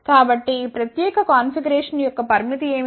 కాబట్టి ఈ ప్రత్యేక కాన్ఫిగరేషన్ యొక్క పరిమితి ఏమిటి